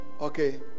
Okay